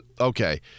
okay